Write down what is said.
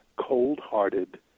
cold-hearted